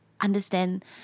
understand